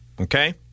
Okay